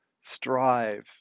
strive